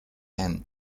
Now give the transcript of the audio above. and